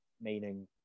Meaning